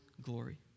glory